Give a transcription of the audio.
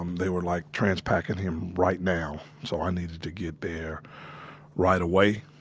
um they were like trans-packing him right now, so i needed to get there right away.